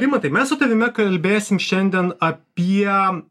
rimantai mes su tavimi kalbėsim šiandien apie